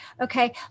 Okay